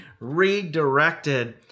redirected